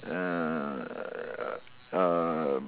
err err